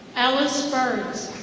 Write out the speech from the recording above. alice byrds.